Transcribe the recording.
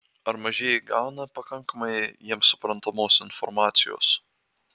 ar mažieji gauna pakankamai jiems suprantamos informacijos